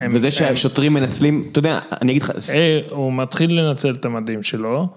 וזה שהשוטרים מנצלים, אתה יודע, אני אגיד לך... הוא מתחיל לנצל את המדים שלו.